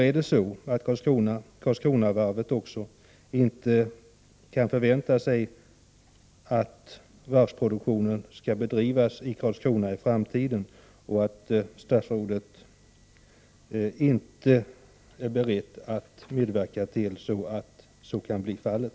Är det så, att man på Karlskronavarvet inte kan förvänta sig att varvsproduktion skall upprätthållas i Karlskrona i framtiden och att statsrådet inte är beredd att medverka till att detta blir fallet?